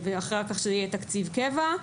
ואחר כך תקציב קבע.